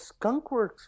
Skunkworks